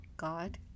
God